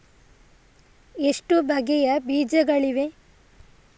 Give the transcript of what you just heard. ಎಷ್ಟು ಬಗೆಯ ಬೀಜಗಳಿವೆ?